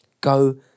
Go